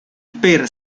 per